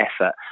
effort